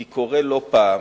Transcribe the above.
כי קורה לא פעם